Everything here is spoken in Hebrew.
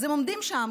אז הם עומדים שם,